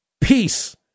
peace